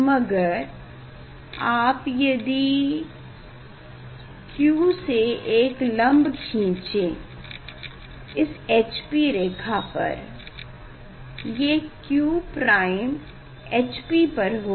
मगर आप यदि Q से एक लंब खीचे इस HP रेखा पर ये Q HP पर होगा